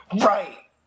right